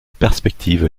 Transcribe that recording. perspective